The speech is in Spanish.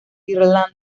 irlanda